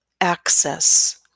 access